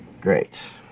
Great